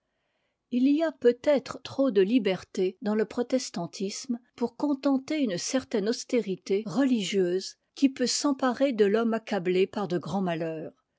i y a peut-être trop de liberté dans te protestantisme pour contenter une certaine austérité religieuse qui peut s'emparer de l'homme accablé par de grands malheurs